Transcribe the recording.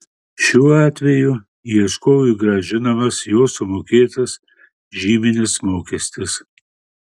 šiuo atveju ieškovui grąžinamas jo sumokėtas žyminis mokestis